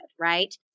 right